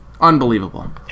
unbelievable